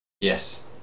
Yes